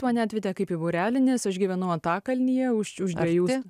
mane atvedė kaip į būrelį nes aš gyvenau antakalnyje už už dviejų sto